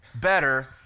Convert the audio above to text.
Better